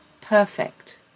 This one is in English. perfect